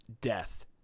death